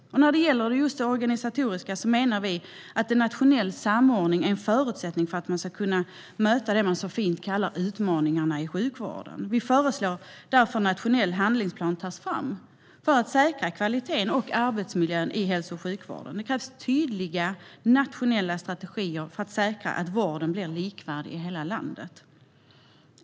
När det gäller det organisatoriska menar vi att nationell samordning är en förutsättning för att man ska kunna möta det man så fint kallar utmaningarna i sjukvården. Vi föreslår därför att en nationell handlingsplan tas fram för att säkra kvaliteten och arbetsmiljön i hälso och sjukvården. Det krävs tydliga nationella strategier för att säkra att vården blir likvärdig i hela landet.